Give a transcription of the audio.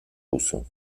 rousseau